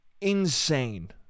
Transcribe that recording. insane